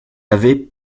avait